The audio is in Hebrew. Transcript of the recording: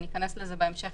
וניכנס לזה בהמשך